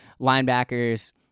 linebackers